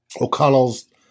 O'Connell's